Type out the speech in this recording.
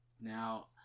now